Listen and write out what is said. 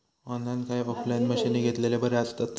Online काय offline मशीनी घेतलेले बरे आसतात?